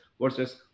versus